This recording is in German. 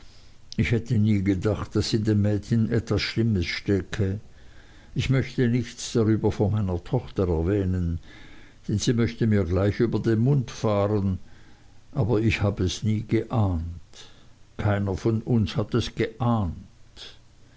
ich hätte nie gedacht daß in dem mädchen etwas schlimmes stäke ich möchte nichts darüber vor meiner tochter erwähnen denn sie möchte mir gleich über den mund fahren aber ich habe es nie geahnt keiner von uns hat es geahnt